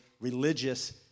religious